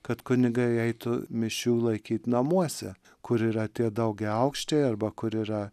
kad kunigai eitų mišių laikyti namuose kur yra tie daugiaaukštėje arba kur yra